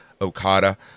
Okada